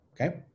Okay